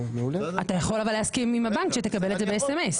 אתה יכול להסכים עם הבנק שתקבל את זה ב-SMS.